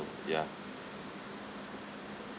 ya